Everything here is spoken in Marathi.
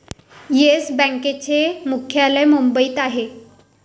येस बँकेचे मुख्यालय मुंबईत आहे